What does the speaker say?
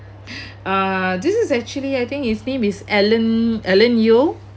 uh this is actually I think his name is alan alan yeo